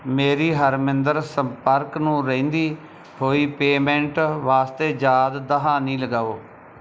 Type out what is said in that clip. ਮੇਰੀ ਹਰਮਿੰਦਰ ਸੰਪਰਕ ਨੂੰ ਰਹਿੰਦੀ ਹੋਈ ਪੇਮੈਂਟ ਵਾਸਤੇ ਯਾਦ ਦਹਾਨੀ ਲਗਾਓ